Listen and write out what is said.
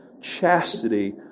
chastity